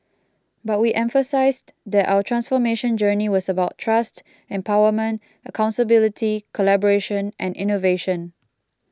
but we emphasised that our transformation journey was about trust empowerment accountability collaboration and innovation